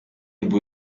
boo